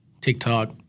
TikTok